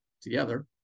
together